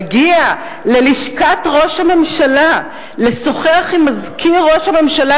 מגיע ללשכת ראש הממשלה לשוחח עם גלנט בעודו מזכיר ראש הממשלה,